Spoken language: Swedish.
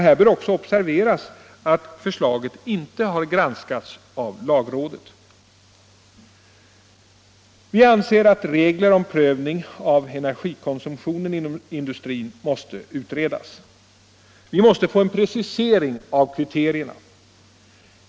Här bör också observeras att förslaget inte har granskats av lagrådet. Vi anser att frågan om regler för prövning av energikonsumtionen inom industrin måste utredas. Vi måste få en precisering av kriterierna.